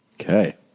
Okay